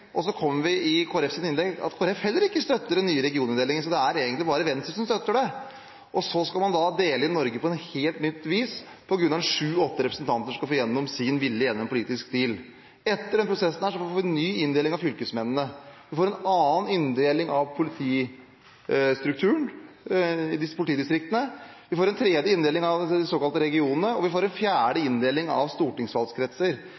regioninndelingen. Så kom det fram i Kristelig Folkepartis innlegg at heller ikke Kristelig Folkeparti støtter den nye regioninndelingen. Det er egentlig bare Venstre som støtter den. Man skal dele inn Norge på et helt nytt vis for at syv–åtte representanter skal få igjennom sin vilje gjennom en politisk deal. Etter denne prosessen får vi en ny inndeling av fylkesmennene, vi får en annen inndeling av strukturen i politidistriktene, vi får en tredje inndeling av de såkalte regionene, og vi får en fjerde